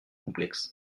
complexe